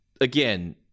again